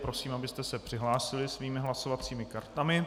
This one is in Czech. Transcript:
Prosím, abyste se přihlásili svými hlasovacími kartami.